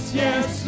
yes